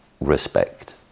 respect